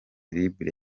libre